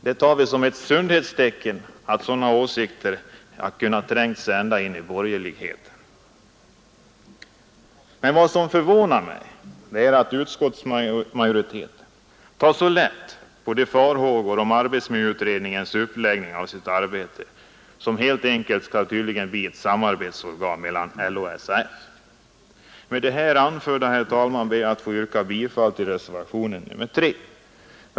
Vi ser det som ett sundhetstecken att sådana åsikter har kunnat tränga ända in i Men vad som förvånar mig är att utskottsmajoriteten har tagit så lätt på farhågorna rörande arbetsmiljöutredningens uppläggning av sitt arbete. Jag tycker att utredningen verkar att bli ett samarbetsorgan mellan LO och SAF. Herr talman! Med vad jag nu anfört ber jag att få yrka bifall till min reservation nr 3.